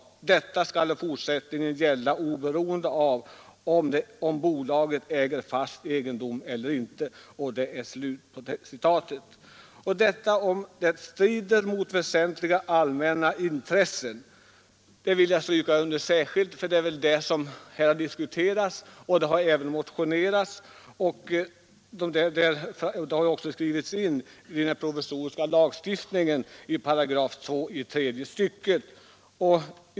Detta skall i fortsättningen gälla oberoende av om bolaget äger fast egendom eller inte.” Orden ”om det strider mot väsentliga allmänna intressen” vill jag särskilt stryka under. Det är det som har diskuterats, och det har även motionerats på denna punkt. Det har även skrivits in i den provisoriska lagstiftningen i 2 § tredje stycket.